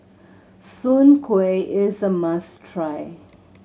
Soon Kueh is a must try